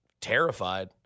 terrified